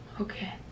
Okay